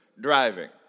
driving